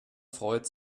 freut